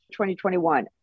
2021